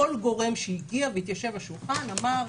כל גורם שהגיע והתיישב לשולחן אמר: